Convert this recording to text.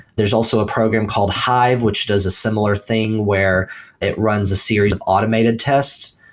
there's also a program called hive, which does a similar thing where it runs a series of automated tests.